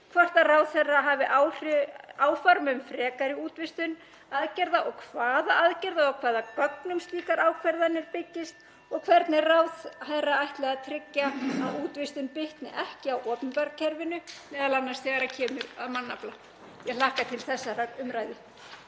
hvort ráðherra hafi áhrif áform um frekari útvistun aðgerða og þá hvaða aðgerða, á hvaða gögnum slíkar ákvarðanir byggist og hvernig ráðherra ætli að tryggja að útvistun bitni ekki á opinbera kerfinu, m.a. þegar kemur að mannafla. — Ég hlakka til þessarar umræðu.